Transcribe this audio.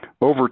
over